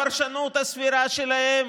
הפרשנות הסבירה שלהם,